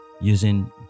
using